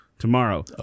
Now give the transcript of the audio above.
Tomorrow